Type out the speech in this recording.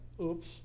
oops